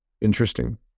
interesting